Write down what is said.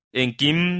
enkim